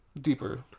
Deeper